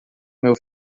meu